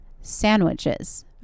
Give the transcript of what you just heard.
sandwiches